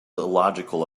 illogical